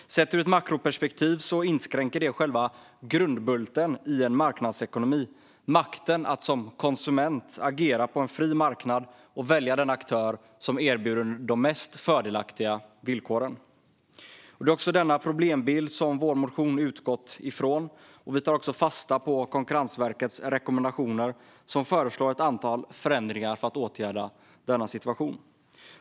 Sett ur ett makroperspektiv inskränker det själva grundbulten i en marknadsekonomi: makten att som konsument agera på en fri marknad och välja den aktör som erbjuder de mest fördelaktiga villkoren. Det är denna problembild som vår motion utgått ifrån. Vi tar också fasta på Konkurrensverkets rekommendationer om ett antal förändringar för att åtgärda denna situation.